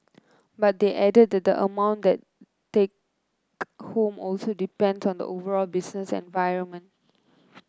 but they added that the amount they take home also depend on the overall business environment